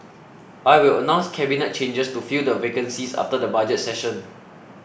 I will announce cabinet changes to fill the vacancies after the budget session